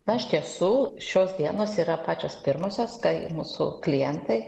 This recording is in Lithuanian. na iš tiesų šios dienos yra pačios pirmosios tai mūsų klientai